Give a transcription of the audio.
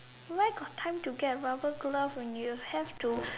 where got time to get rubber glove when you have to